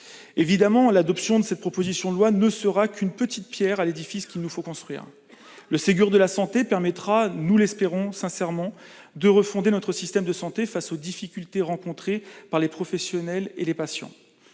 évidemment, l'adoption de cette proposition de loi ne sera qu'une petite pierre à l'édifice qu'il nous faut construire. Le Ségur de la santé permettra- nous l'espérons sincèrement -de refonder notre système de santé face aux difficultés rencontrées par les professionnels et les patients.